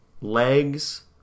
legs